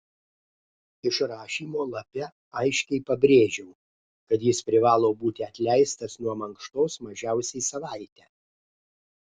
išrašymo lape aiškiai pabrėžiau kad jis privalo būti atleistas nuo mankštos mažiausiai savaitę